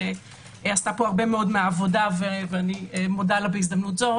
שעשתה הרבה מאוד מהעבודה ואני מודה לה בהזדמנות זו